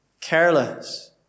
careless